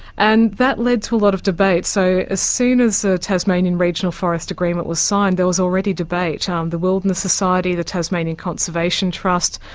and that led to a lot of debate. so as soon as the tasmanian regional forest agreement was signed, there was already debate. um the wilderness society, the tasmanian conservation trust,